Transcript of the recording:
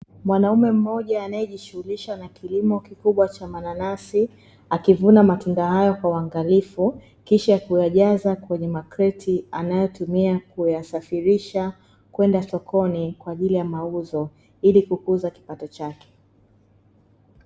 Mwanaume mmoja anayejishughulisha na kilimo kikubwa cha mananasi, akivuna matunda hayo kwa uangalifu kisha kuyajaza kwenye makreti anayotumia kuyasafirisha kwenda sokoni kwaajili ya mauzo ili kukuza kipato chake.